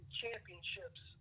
championships